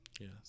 Yes